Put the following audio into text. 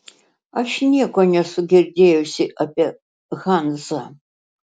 aš nieko nesu girdėjusi apie hanzą